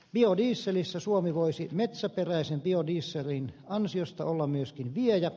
biodieselissä suomi voisi metsäperäisen biodieselin ansiosta olla myöskin viejä